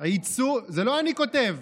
זה לא אני כותב.